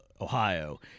Ohio